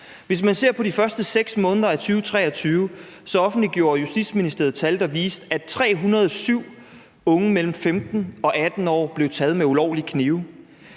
Hvis man ser på de første 6 måneder af 2023, offentliggjorde Justitsministeriet tal, der viste, at 307 unge mellem 15 og 18 år blev taget med ulovlige knive.